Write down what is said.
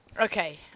Okay